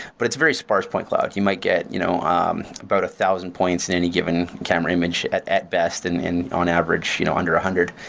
but it's a very sparse point cloud. you might get you know um about a thousand points in any given camera image at at best and on average you know under a hundred.